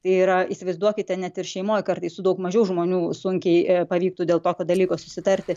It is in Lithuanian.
tai yra įsivaizduokite net ir šeimoj kartais su daug mažiau žmonių sunkiai pavyktų dėl tokio dalyko susitarti